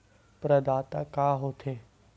प्रदाता का हो थे?